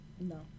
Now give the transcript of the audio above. No